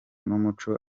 n’umuco